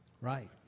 right